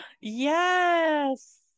yes